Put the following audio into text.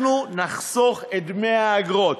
אנחנו נחסוך את דמי האגרות.